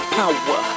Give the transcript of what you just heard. power